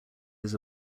his